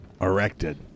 Erected